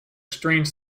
strange